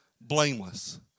blameless